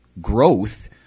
growth